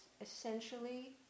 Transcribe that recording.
essentially